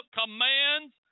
commands